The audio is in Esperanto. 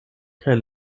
kaj